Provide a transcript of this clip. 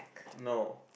no